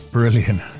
brilliant